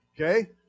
Okay